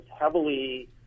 heavily